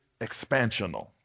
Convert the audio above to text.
Expansional